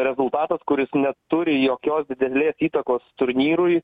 rezultatas kuris neturi jokios didelės įtakos turnyrui